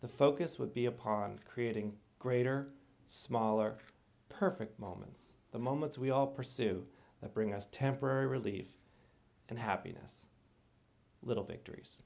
the focus would be upon creating greater smaller perfect moments the moments we all pursue that bring us temporary relief and happiness little victories